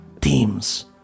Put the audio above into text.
teams